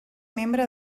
membre